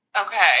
okay